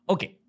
Okay